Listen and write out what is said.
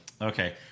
Okay